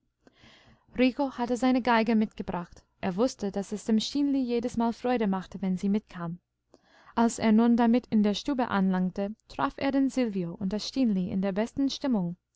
hatte seine geige mitgebracht er wußte daß es dem stineli jedesmal freude machte wenn sie mitkam als er nun damit in der stube anlangte traf er den silvio und das stineli in der besten stimmung